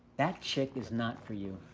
that chick is not for you.